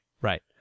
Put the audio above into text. right